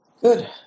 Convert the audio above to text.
Good